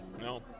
No